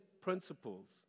principles